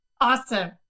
Awesome